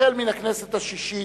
מהכנסת השישית,